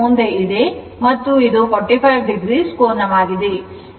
ಮತ್ತು ಇದು 45o ಕೋನವಾಗಿದೆ